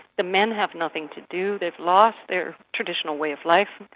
the men have nothing to do, they've lost their traditional way of life.